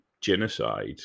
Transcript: genocide